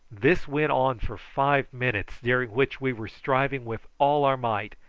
this went on for five minutes, during which we were striving with all our might,